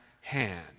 hand